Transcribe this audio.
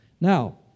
Now